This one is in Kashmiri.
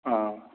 آ